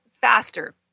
faster